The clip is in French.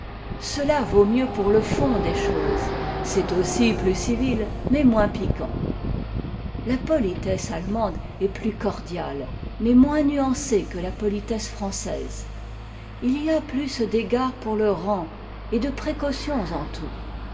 cela vaut mieux pour le fond des choses c'est aussi plus civil mais moins piquant la petitesse allemande est plus cordiale mais moins nuancée que la politesse française itya a plus d'égards pour le rang et plus de précautions en tout